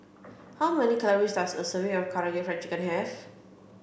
how many calories does a serving of Karaage Fried Chicken have